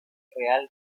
real